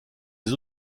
les